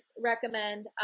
recommend